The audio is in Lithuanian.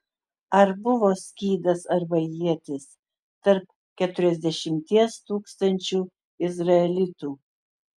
ar buvo skydas arba ietis tarp keturiasdešimties tūkstančių izraelitų